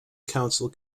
council